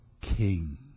King